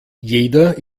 jeder